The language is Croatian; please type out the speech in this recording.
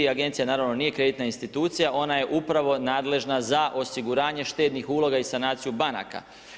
Agencija naravno nije kreditna institucija, ona je upravo nadležna za osiguranje štednih uloga i sanaciju banaka.